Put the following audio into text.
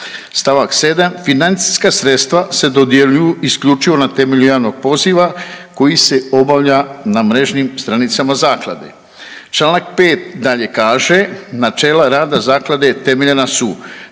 St. 7. financijska sredstva se dodjeljuju isključivo na temelju javnog poziva koji se obavlja na mrežnim stranicama zaklade. Čl. 5. dalje kaže načela rada zaklade temeljena su